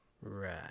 Right